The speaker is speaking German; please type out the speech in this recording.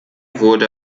wurde